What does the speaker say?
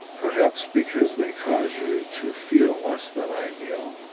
perhaps because they cause you to feel less than ideal,